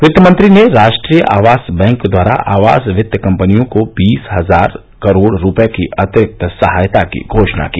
वित्तमंत्री ने राष्ट्रीय आवास बैंक द्वारा आवास वित्त कंपनियों को बीस हजार करोड़ रूपये की अतिरिक्त सहायता की घोषणा की